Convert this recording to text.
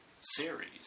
series